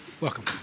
welcome